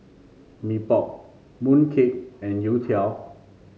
Mee Pok mooncake and youtiao